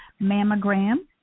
mammogram